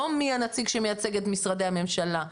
לא מי הנציג שמייצג את משרדי הממשלה.